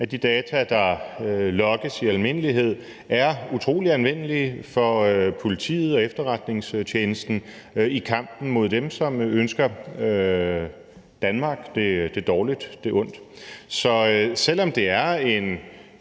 at de data, der logges i almindelighed, er utrolig anvendelige for politiet og efterretningstjenesten i kampen mod dem, som ønsker Danmark det dårligt og ondt. Så selv om det er en